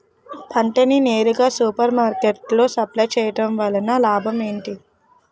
పంట ని నేరుగా సూపర్ మార్కెట్ లో సప్లై చేయటం వలన లాభం ఏంటి?